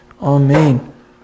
Amen